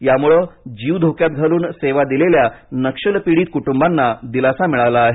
यामुळे जीव धोक्यात घालून सेवा दिलेल्या नक्षलपीडित कुटुंबांना दिलासा मिळाला आहे